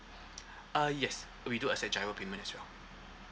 uh yes we do accept GIRO payment as well